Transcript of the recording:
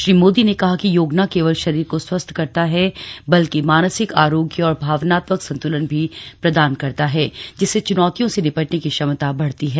श्री मोदी ने कहा कि योग न केवल शरीर को स्वस्थ करता है बल्कि मानसिक आरोग्य और भावनात्मक संतुलन भी प्रदान करता है जिससे चुनौतियों से निपटने की क्षमता बढ़ती है